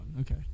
Okay